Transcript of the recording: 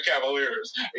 Cavaliers